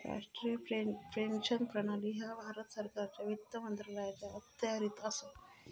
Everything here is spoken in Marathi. राष्ट्रीय पेन्शन प्रणाली ह्या भारत सरकारच्या वित्त मंत्रालयाच्या अखत्यारीत असा